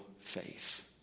faith